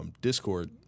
Discord